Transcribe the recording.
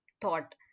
thought